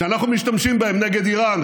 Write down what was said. אם אני אצטרך, לא, בינתיים הוא מעיר להם.